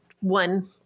one